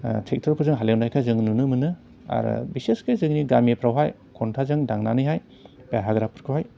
ट्रेक्टरफोरजों हालेवनायखौ जों नुनो मोनो आरो बिसेसखै जोंनि गामिफ्रावहाय खनथाजों दांनानैहाय बे हाग्राफोरखौहाय